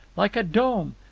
like a dome!